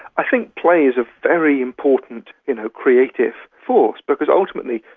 i think play is a very important you know creative force, because ultimately,